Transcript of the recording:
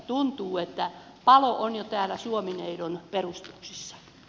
tuntuu että palo on jo täällä suomineidon perustuksissa